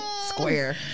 Square